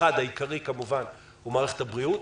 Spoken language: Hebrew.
מערכת הבריאות